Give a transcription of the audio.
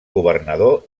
governador